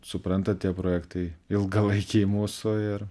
suprantat tie projektai ilgalaikiai mūsų ir